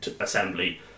assembly